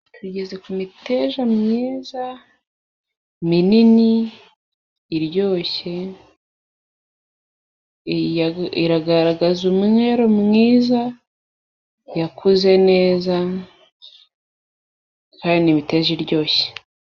Tugeze ku miteja myiza, mini iryoshye iragaragaza umwero mwiza, yakuze neza kandi ni imiteja iryoshye.